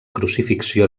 crucifixió